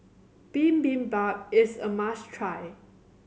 bibimbap is a must try